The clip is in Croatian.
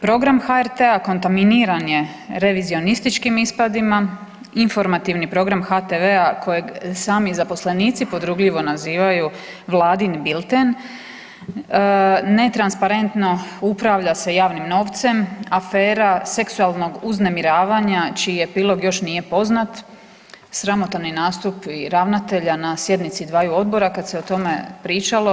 Program HRT kontaminiran je revizionističkim ispadima, informativni program HTV-a kojeg sami zaposlenici podrugljivo nazivaju, vladin bilten, netransparentno upravlja se javnim novcem, afera seksualnog uznemiravanja čiji epilog još nije poznat, sramotan je nastup i ravnatelja na sjednici 2 odbora kad se o tome pričalo.